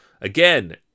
Again